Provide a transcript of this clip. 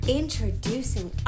introducing